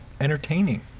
entertaining